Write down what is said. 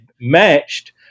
matched